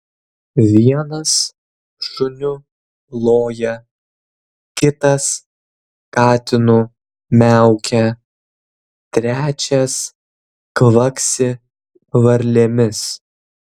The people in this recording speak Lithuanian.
vienas šuniu loja kitas katinu miaukia trečias kvaksi varlėmis